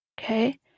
okay